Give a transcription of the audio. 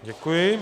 Děkuji.